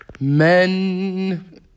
Men